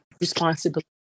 responsibility